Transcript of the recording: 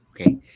okay